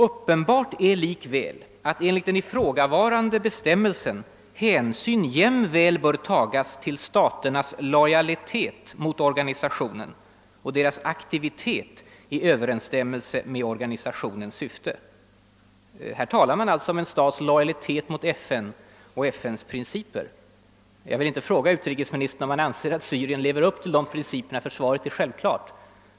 Uppenbart är likväl att enligt den ifrågavarande bestämmelsen hänsyn jämväl bör tagas till staternas lojalitet mot organisationen och deras aktivitet i överensstämmelse med organisationens syfte.» Där talar man alltså om en stats 1ojalitet mot FN och dess principer. Jag vill inte fråga utrikesministern om han anser att Syrien lever upp till dessa principer, ty svaret är självklart.